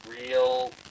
real